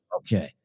Okay